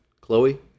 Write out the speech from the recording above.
Chloe